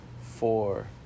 four